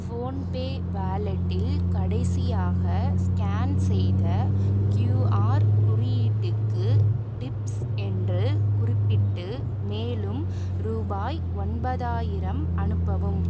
PhonePe வாலெட்டில் கடைசியாக scan செய்த கியூஆர் குறியீட்டுக்கு டிப்ஸ் என்று குறிப்பிட்டு மேலும் ரூபாய் ஒன்பதாயிரம் அனுப்பவும்